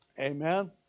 Amen